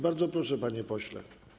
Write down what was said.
Bardzo proszę, panie pośle.